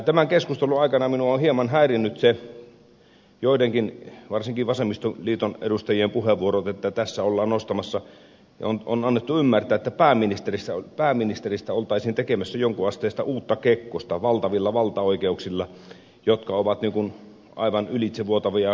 tämän keskustelun aikana minua on hieman häirinnyt joidenkin varsinkin vasemmistoliiton edustajien puhe vuorot että tässä ollaan puheenvuorot joissa on annettu ymmärtää että tässä pääministeristä oltaisiin tekemässä jonkun asteista uutta kekkosta valtavilla valtaoikeuksilla jotka ovat niin kuin aivan ylitsevuotavia valtavia oikeuksia